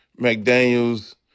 mcdaniel's